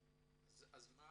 אם לא